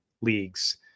leagues